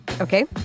Okay